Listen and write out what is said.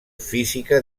física